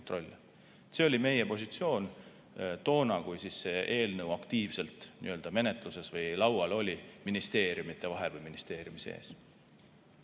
See oli meie positsioon toona, kui see eelnõu aktiivselt menetluses või laual oli ministeeriumide vahel või ministeeriumi sees.